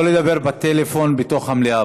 לא לדבר בטלפון בתוך המליאה,